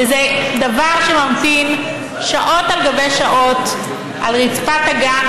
וזה דבר שממתין שעות על גבי שעות על רצפת הגן,